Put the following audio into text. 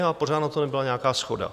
A pořád na tom nebyla nějaká shoda.